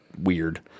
weird